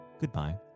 goodbye